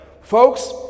Folks